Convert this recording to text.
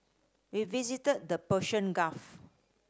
we visited the Persian Gulf